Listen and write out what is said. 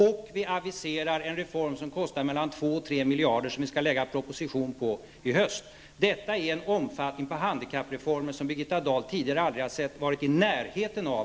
Vidare aviserar vi en reform som kostar mellan 2 och 3 miljarder kronor och som det kommer en proposition om i höst. Detta är en omfattning när det gäller handikappreformer som Birgitta Dahl som riksdagsledamot tidigare aldrig har varit i närheten av.